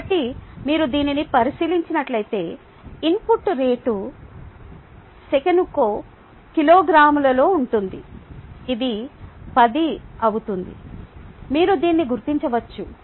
కాబట్టి మీరు దీనిని పరిశీలించినట్లయితే ఇన్పుట్ రేటు సెకనుకు కిలోగ్రాములలో ఉంటే అది 10 అవుతుంది మీరు దీన్ని గుర్తించవచ్చు